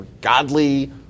godly